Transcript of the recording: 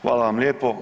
Hvala vam lijepo.